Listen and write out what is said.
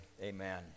amen